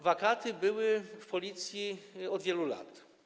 Wakaty były w Policji od wielu lat.